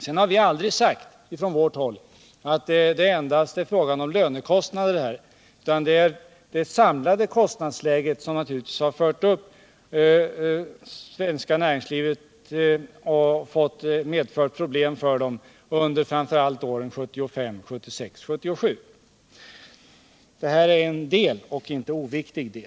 Vi har aldrig sagt att svårigheterna för det svenska näringslivet beror enbart på lönekostnaderna — det är det samlade kostnadsläget som har medfört problemen framför allt åren 1975, 1976 och 1977.